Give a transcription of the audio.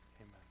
Amen